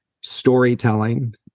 storytelling